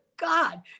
God